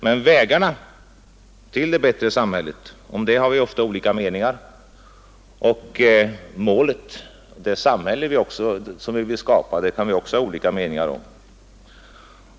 Men vägarna till det bättre samhället har vi ofta olika meningar om, och målet — det samhälle som vi vill skapa — kan vi också ha olika meningar om.